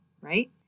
right